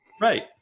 Right